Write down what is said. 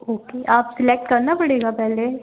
okay आप select करना पड़ेगा पहले